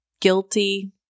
guilty